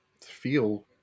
feel